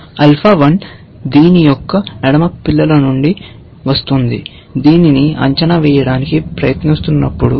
alpha 1 దీని యొక్క ఎడమ పిల్లల నుండి వస్తోంది దీనిని అంచనా వేయడానికి ప్రయత్నిస్తున్నప్పుడు